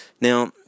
Now